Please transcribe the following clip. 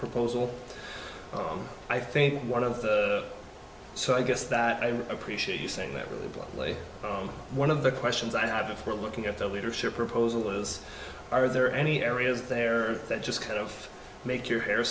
proposal i think one of the so i guess that i appreciate you saying that really bluntly one of the questions i have before looking at the leadership proposal is are there any areas there that just kind of make your hair